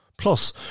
Plus